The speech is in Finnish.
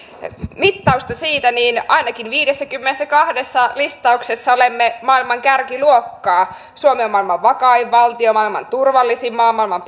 mittausta niin ainakin viidessäkymmenessäkahdessa listauksessa olemme maailman kärkiluokkaa suomi on maailman vakain valtio maailman turvallisin maa suomessa on maailman